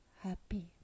happy